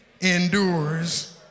endures